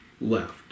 left